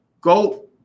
Go